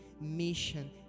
mission